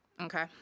Okay